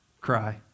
cry